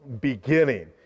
beginning